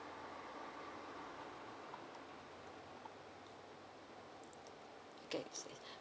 okay